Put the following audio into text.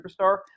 Superstar